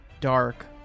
dark